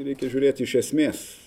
reikia žiūrėti iš esmės